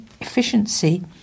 efficiency